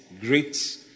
great